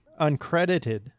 uncredited